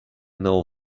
know